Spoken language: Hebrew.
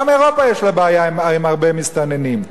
גם לאירופה יש בעיה עם הרבה מסתננים,